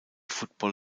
football